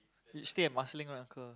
you stay at Marsiling right uncle